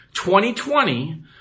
2020